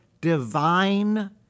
divine